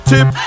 Tip